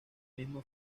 misma